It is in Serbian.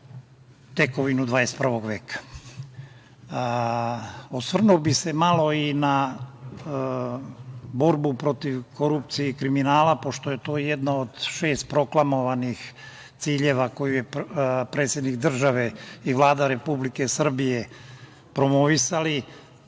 tekovinu 21. veka. Osvrnuo bih se malo i na borbu protiv korupcije i kriminala, pošto je to jedno od šest proklamovanih ciljeva koju su predsednik države i Vlada Republike Srbije promovisali,